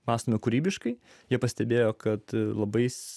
mąstome kūrybiškai jie pastebėjo kad labais